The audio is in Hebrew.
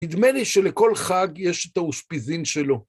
נדמה לי שלכל חג יש את האושפיזין שלו.